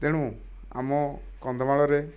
ତେଣୁ ଆମ କନ୍ଧମାଳରେ